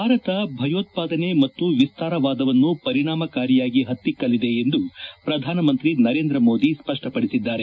ಭಾರತ ಭಯೋತ್ವಾದನೆ ಮತ್ತು ವಿಸ್ತಾರವಾದವನ್ನು ಪರಿಣಾಮಕಾರಿಯಾಗಿ ಹತ್ತಿಕ್ಕಲಿದೆ ಎಂದು ಪ್ರಧಾನಮಂತ್ರಿ ನರೇಂದ್ರ ಮೋದಿ ಸ್ಪಷ್ಟಪಡಿಸಿದ್ದಾರೆ